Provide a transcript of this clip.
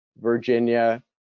Virginia